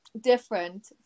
different